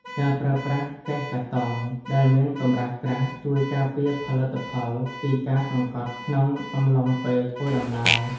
ការប្រើប្រាស់កេសកាតុងដែលមានកម្រាស់ក្រាស់ជួយការពារផលិតផលពីការសង្កត់ក្នុងអំឡុងពេលធ្វើដំណើរ។